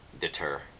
deter